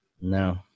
No